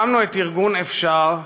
הקמנו את ארגון "אפשר",